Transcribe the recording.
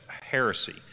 heresy